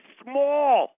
small